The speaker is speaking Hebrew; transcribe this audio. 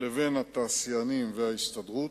לבין התעשיינים וההסתדרות,